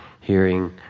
hearing